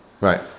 Right